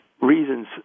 reasons